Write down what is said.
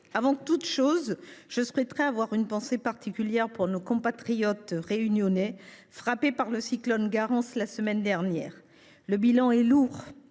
chers collègues, j’ai, moi aussi, une pensée particulière pour nos compatriotes réunionnais, frappés par le cyclone Garance la semaine dernière. Le bilan est lourd,